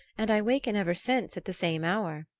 and i waken ever since at the same hour.